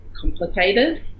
complicated